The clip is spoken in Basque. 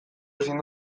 ezin